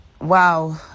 wow